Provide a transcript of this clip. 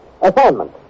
Assignment